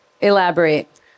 Elaborate